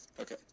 Okay